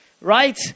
right